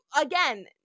again